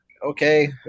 Okay